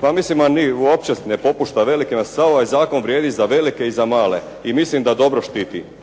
Pa mislim uopće ne popušta velika. Sav ovaj zakon vrijedi i za velike i za male i mislim da dobro štititi